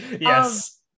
Yes